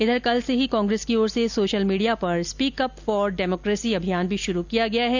उधर कल से ही कांग्रेस की ओर से सोशल मीडिया पर स्पीक अप फॉर डेमोकेसी अभियान भी शुरू किया गया है